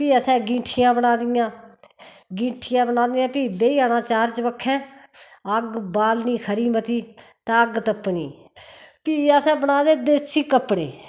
फ्ही असैं गिंठियां बना दियां गिंठियां बना दियां फ्ही बेही जाना चार चबक्खै अग्ग बालनी खरी मती ते अग्ग तप्पनी फ्ही असैं बना दे देस्सी कपड़े